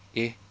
eh